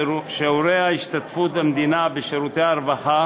שיעורי השתתפות המדינה בשירותי הרווחה